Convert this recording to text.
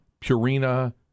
Purina